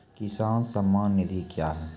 किसान सम्मान निधि क्या हैं?